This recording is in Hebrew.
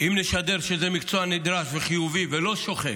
אם נשדר שזה מקצוע נדרש וחיובי ולא שוחק,